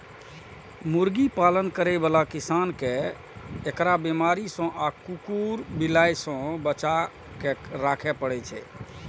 मुर्गी पालन करै बला किसान कें एकरा बीमारी सं आ कुकुर, बिलाय सं बचाके राखै पड़ै छै